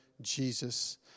Jesus